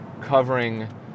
covering